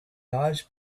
large